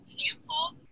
canceled